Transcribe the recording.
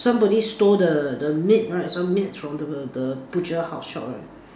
somebody stole the the meat right some meats from the the butcher house shop right